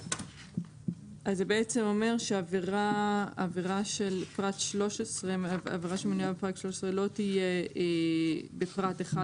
זה בעצם אומר שעבירה שמנויה בפרט 13 לא תהיה בפרט 1,